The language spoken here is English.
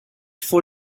for